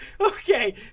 Okay